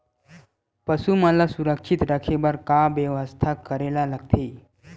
पशु मन ल सुरक्षित रखे बर का बेवस्था करेला लगथे?